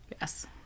yes